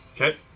Okay